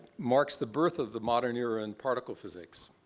marks the birth of the modern era in particle physics,